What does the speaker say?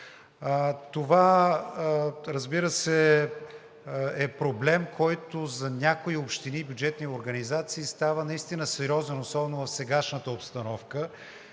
Това, разбира се, е проблем, който за някои общини и бюджетни организации става наистина сериозен, особено в сегашната обстановка.